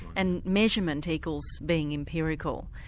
and measurement equals being empirical.